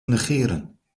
negeren